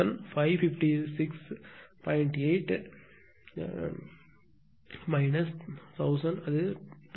8 1000 அது 2556